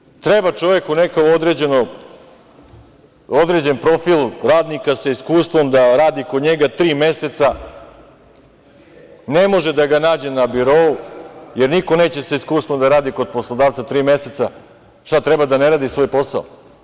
Na primer, treba čoveku neki određen profil radnika sa iskustvom, da radi kod njega tri meseca, ne može da ga nađe na birou, jer niko neće sa iskustvom da radi kod poslodavca tri meseca, šta treba, da ne radi svoj posao?